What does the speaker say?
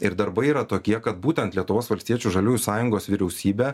ir darbai yra tokie kad būtent lietuvos valstiečių žaliųjų sąjungos vyriausybė